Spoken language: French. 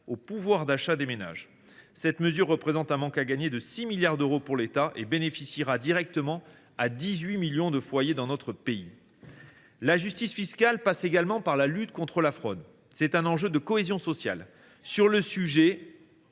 au pouvoir d’achat des ménages. Cette mesure représente un manque à gagner de 6 milliards d’euros pour l’État et bénéficiera directement à 18 millions de foyers dans notre pays. La justice fiscale passe également par la lutte contre la fraude. Très bien ! C’est un enjeu de cohésion sociale. Sur le sujet,